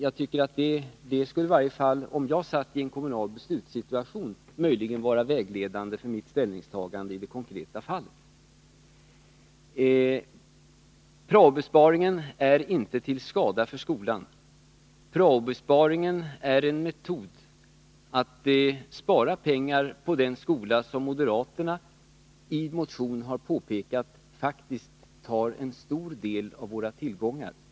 Om jag befann mig i den kommunala beslutssituationen skulle det i varje fall vara vägledande för mitt ställningstagande i det konkreta fallet. Prao-besparingen är inte till skada för skolan. Prao-besparingen är en metod att spara pengar på den skola som, enligt vad moderaterna i motion har påpekat, faktiskt tar en stor del av våra tillgångar i anspråk.